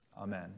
Amen